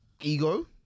ego